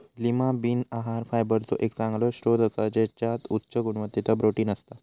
Lima bean आहार फायबरचो एक चांगलो स्त्रोत असा त्याच्यात उच्च गुणवत्तेचा प्रोटीन असता